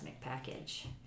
package